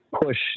push